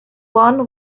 one